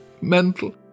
mental